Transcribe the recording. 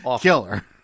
killer